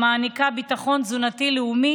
המעניקה ביטחון תזונתי לאומי